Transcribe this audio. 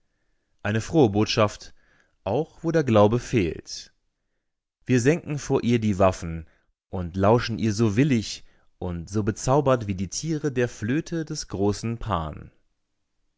eine frohe botschaft auch wo der glaube fehlt wir senken vor ihr die waffen und lauschen ihr so willig und so bezaubert wie die tiere der flöte des großen pan